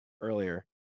earlier